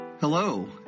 Hello